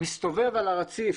מסתובב על הרציף,